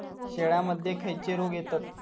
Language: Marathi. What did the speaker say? शेळ्यामध्ये खैचे रोग येतत?